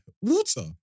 water